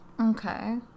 okay